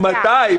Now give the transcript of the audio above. מתי?